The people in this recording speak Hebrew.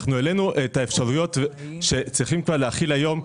העלינו את האפשרויות שצריכים כבר להחיל היום,